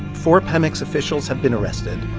four pemex officials have been arrested,